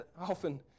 often